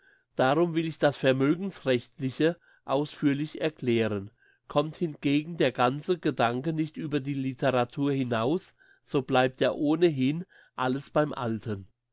darum will ich das vermögensrechtliche ausführlich erklären kommt hingegen der ganze gedanke nicht über die literatur hinaus so bleibt ja ohnehin alles beim alten